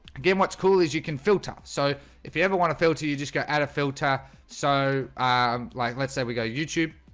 again, what's cool is you can filter so if you ever want a filter you just go add a filter so um like let's say we go youtube.